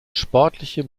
sportliche